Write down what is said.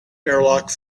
airlock